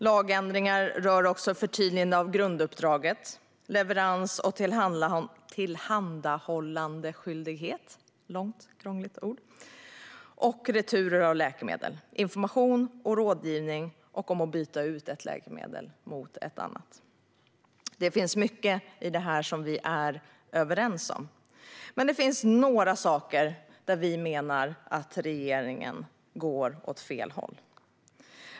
Lagändringarna rör också förtydligande av grunduppdraget, leverans och tillhandahållandeskyldighet och returer av läkemedel. Det handlar också om information och rådgivning och om att byta ut ett läkemedel mot ett annat. Det finns mycket i detta som vi är överens om, men det finns några saker där vi menar att regeringen går åt fel håll.